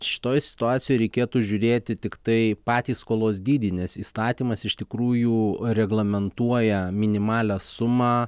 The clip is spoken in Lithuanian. šitoj situacijoj reikėtų žiūrėti tiktai patį skolos dydį nes įstatymas iš tikrųjų reglamentuoja minimalią sumą